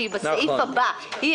שמופיעה בסעיף הבא,